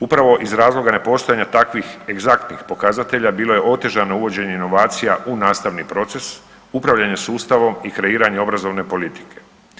Upravo iz razloga nepostojanja takvih egzaktnih pokazatelja bilo je otežano uvođenje inovacija u nastavni proces upravljanja sustavom i kreiranja obrazovne politike.